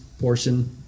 portion